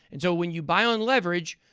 and so, when you buy on leverage,